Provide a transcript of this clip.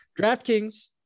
DraftKings